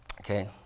Okay